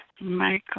Michael